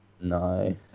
no